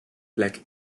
plek